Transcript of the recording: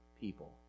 people